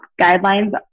guidelines